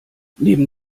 neben